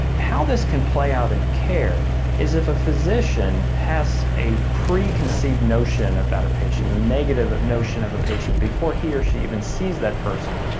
how this can play out in care is if a physician has a preconceived notion about a patient, a negative notion of a patient, before he or she even sees that person,